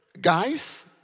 guys